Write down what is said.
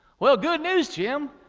well, good news, jim.